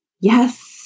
Yes